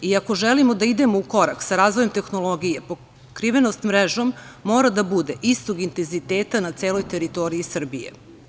I, ako želimo da idemo u korak sa razvojem tehnologije, pokrivenost mrežom mora da bude istog intenziteta na celoj teritoriji Srbije.